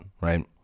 Right